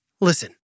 Listen